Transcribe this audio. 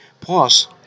Plus